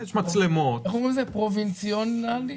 אני פרובינציאלי.